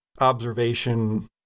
observation